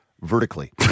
vertically